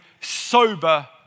sober